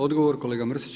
Odgovor kolega Mrsić.